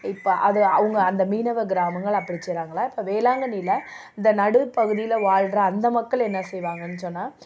இப்போ அது அவங்க அந்த மீனவ கிராமங்கள் அப்படி செய்கிறாங்களா இப்போ வேளாங்கண்ணியில் இந்த நடுப் பகுதியில் வாழ்கிற அந்த மக்கள் என்ன செய்வாங்கன்னு சொன்னால்